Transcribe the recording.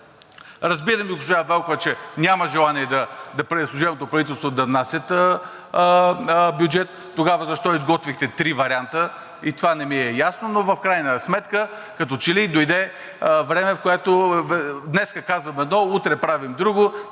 Разбирам и госпожа Велкова, че няма желание служебното правителство да внася бюджет, тогава защо изготвихте три варианта? И това не ми е ясно, но в крайна сметка като че ли дойде време, в което днес казваме едно, утре правим друго.